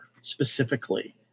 specifically